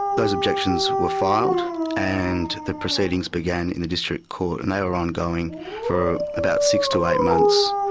those objections were filed and the proceedings began in the district court and they were ongoing for about six to eight months.